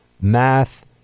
math